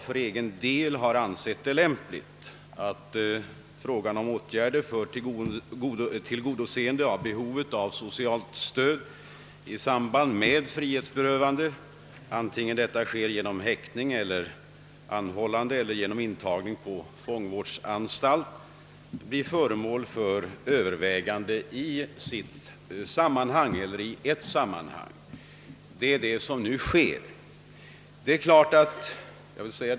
För egen del har jag ansett det lämpligt att frågan om åtgärder för tillgodoseende av behovet av socialt stöd i samband med frihetsberövande — genom häktning, anhållande eller intagning på fångvårdsanstalt — överväges i ett sammanhang. Det är detta som nu göres.